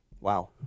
Wow